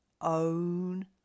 own